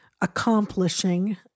accomplishing